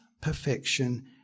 perfection